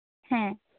ᱦᱮᱸ